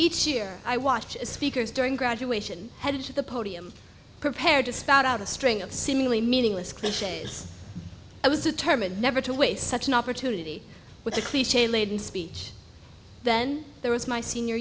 each year i watched speakers during graduation head to the podium prepared to spout out a string of seemingly meaningless question i was determined never to waste such an opportunity with a cliche laden speech then there was my senior